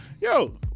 yo